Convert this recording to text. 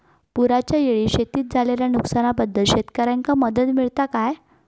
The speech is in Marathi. पुराच्यायेळी शेतीत झालेल्या नुकसनाबद्दल शेतकऱ्यांका मदत मिळता काय?